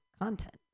content